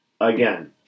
Again